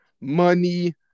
money